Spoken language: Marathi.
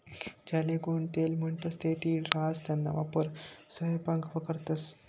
ज्याले गोडं तेल म्हणतंस ते तीळ राहास त्याना वापर सयपाकामा करतंस